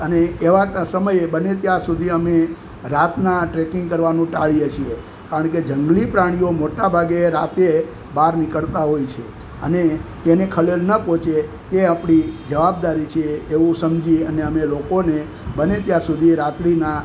અને એવા સમયે અમે બને ત્યાં સુધી અમે રાતના ટ્રેકિંગ કરવાનું ટાળીએ છીએ કારણ કે જંગલી પ્રાણીઓ મોટાભાગે રાતે બહાર નીકળતા હોય છે અને તેને ખલેલ ન પહોંચે તે આપણી જવાબદારી છે એવું સમજી અને અમે લોકોને બને ત્યાં સુધી રાત્રીના